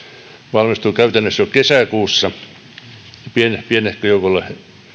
valmistuu käytännössä jo kesäkuussa pienehkölle joukolle